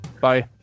Bye